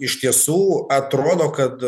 iš tiesų atrodo kad